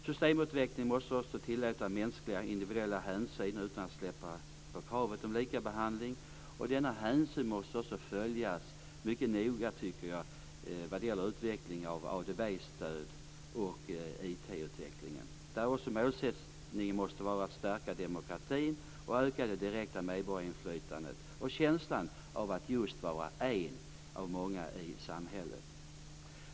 Systemutveckling måste också tillåta mänskliga, individuella hänsyn utan att man släpper på kravet på lika behandling. Denna hänsyn måste också följas mycket noga när det gäller utveckling av ADB-stöd och IT-utvecklingen. Målsättningen måste vara att stärka demokratin och öka det direkta medborgarinflytandet och känslan av att vara en av många i samhället.